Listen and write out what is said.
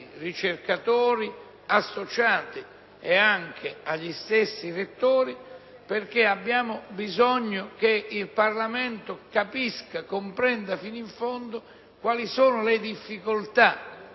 professori associati e anche agli stessi rettori, perché abbiamo bisogno che il Parlamento comprenda fino in fondo quali sono le difficoltà